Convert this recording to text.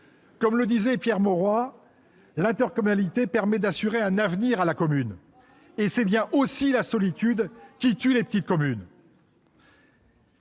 Comme le disait Pierre Mauroy, l'intercommunalité permet d'assurer un avenir à la commune. C'est bien aussi la solitude qui tue les petites communes.